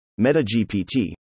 MetaGPT